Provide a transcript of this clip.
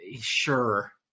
Sure